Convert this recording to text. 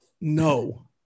No